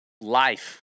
life